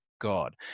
God